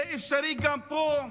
זה אפשרי גם פה.